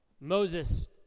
Moses